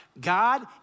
God